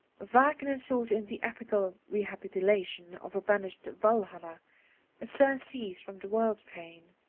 wagner sought in the epical rehabilitation of a vanished valhalla a surcease from the world-pain.